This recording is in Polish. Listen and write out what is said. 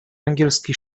angielski